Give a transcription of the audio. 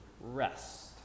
Rest